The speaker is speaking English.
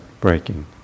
breaking